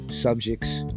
subjects